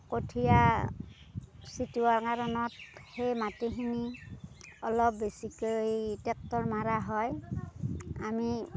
কঠিয়া ছটিওৱা কাৰণত সেই মাটিখিনি অলপ বেছিকৈ টেক্টৰ মৰা হয় আমি